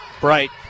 Bright